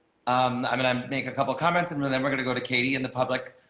um i mean um make a couple comments and then we're going to go to katie and the public.